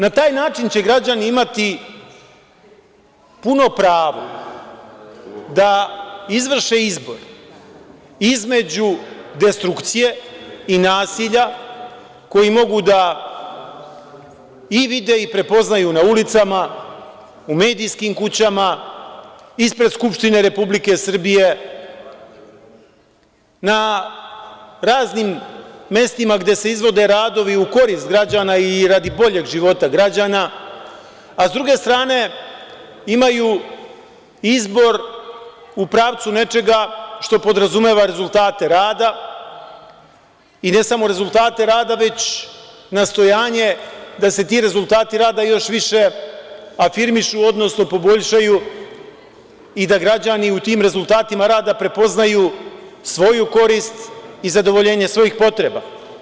Na taj način će građani imati puno pravo da izvrše izbor između destrukcije i nasilja koji mogu i da vide i prepoznaju na ulicama, u medijskim kućama, ispred Narodne skupštine Republike Srbije, na raznim mestima gde se izvode radovi u korist građana i radi boljeg života građana, a sa druge strane imaju izbor u pravcu nečega što podrazumeva rezultate rada, i ne samo rezultate rada, već nastojanje da se ti rezultati rada još više afirmišu, odnosno poboljšaju i da građani u tim rezultatima rada prepoznaju svoju korist i zadovoljenje svojih potreba.